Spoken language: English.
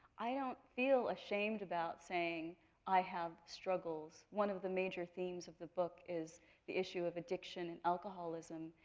i don't feel ashamed about saying i have struggles. one of the major themes of the book is the issue of addiction, and alcoholism.